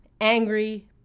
angry